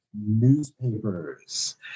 newspapers